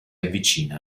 avvicina